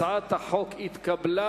הצעת החוק התקבלה.